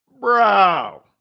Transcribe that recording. bro